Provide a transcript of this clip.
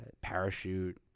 Parachute